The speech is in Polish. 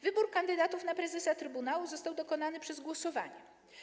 Wybór kandydatów na prezesa trybunału został dokonany przez głosowanie.